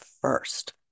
first